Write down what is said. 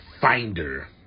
finder